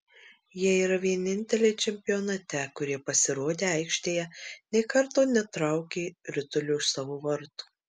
jie yra vieninteliai čempionate kurie pasirodę aikštėje nė karto netraukė ritulio iš savo vartų